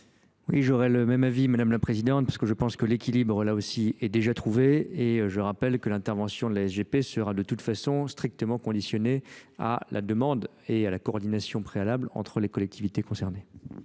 oui, j'aurais le même avis, Mᵐᵉ la Présidente, parce que je pense que l'équilibre, là aussi, est déjà trouvé et je rappelle que l'intervention de la G P sera de toute façon strictement conditionnée à la demande et à la coordination préalable entre les collectivités concernées